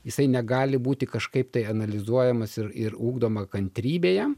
jisai negali būti kažkaip tai analizuojamas ir ir ugdoma kantrybė jam